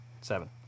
Seven